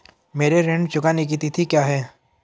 मेरे ऋण चुकाने की तिथि क्या है?